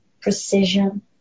Precision